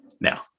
Now